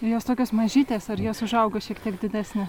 jos tokios mažytės ar jos užauga šiek tiek didesnės